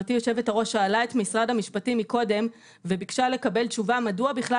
שאלה את משרד המשפטים קודם וביקשה לקבל תשובה מדוע בכלל